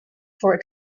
for